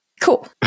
Cool